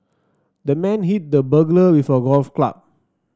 the man hit the burglar with a golf club